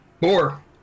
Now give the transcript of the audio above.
Four